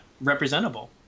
representable